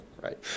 Right